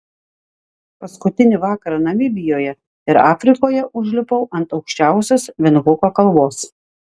paskutinį vakarą namibijoje ir afrikoje užlipau ant aukščiausios vindhuko kalvos